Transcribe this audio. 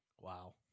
Wow